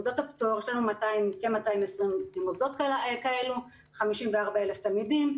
יש לנו כ-220 מוסדות כאלו, 54,000 תלמידים.